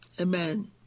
Amen